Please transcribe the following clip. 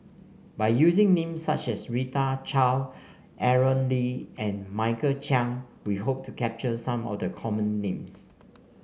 by using names such as Rita Chao Aaron Lee and Michael Chiang we hope to capture some of the common names